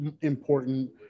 important